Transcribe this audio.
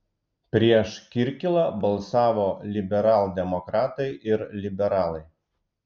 prieš kirkilą balsavo liberaldemokratai ir liberalai